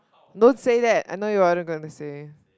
don't say that I know what you are gonna say